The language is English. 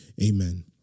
Amen